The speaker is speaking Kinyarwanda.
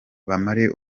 bamare